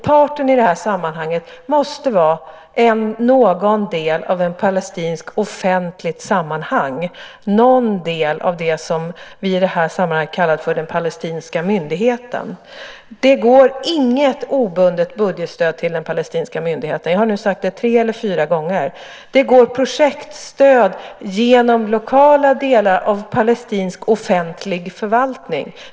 Parten i det här sammanhanget måste vara någon del av ett palestinskt offentligt sammanhang, någon del av det som vi i det här sammanhanget kallar för den palestinska myndigheten. Det går inget obundet budgetstöd till den palestinska myndigheten. Jag har nu sagt det tre eller fyra gånger. Det går projektstöd genom lokala delar av palestinsk offentlig förvaltning.